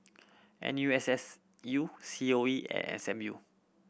N U S S U C O E and S M U